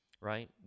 right